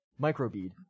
microbead